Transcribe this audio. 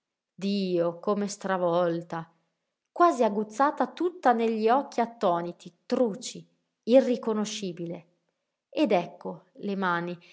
dio come stravolta quasi aguzzata tutta negli occhi attoniti truci irriconoscibile ed ecco le mani